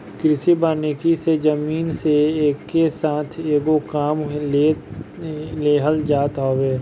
कृषि वानिकी से जमीन से एके साथ कएगो काम लेहल जात हवे